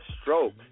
stroke